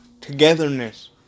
togetherness